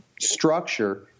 structure